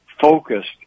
focused